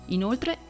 Inoltre